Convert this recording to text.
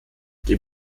den